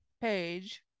page